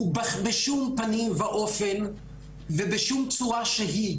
בשום פנים באופן ובשום צורה שהיא,